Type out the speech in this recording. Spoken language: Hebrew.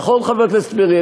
נכון, חבר הכנסת פרי?